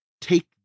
take